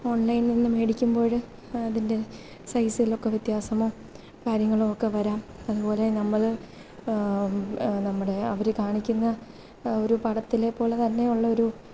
online നിന്ന് മേടിക്കുമ്പോൾ അതിന്റെ സൈസിലൊക്കെ വ്യത്യാസമോ കാര്യങ്ങളോ ഒക്കെ വരാം അതുപോലെ നമ്മൾ നമ്മുടെ അവർ കാണിക്കുന്ന ഒരു പടത്തിലെ പോലെ തന്നെയുള്ളൊരു